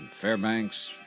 Fairbanks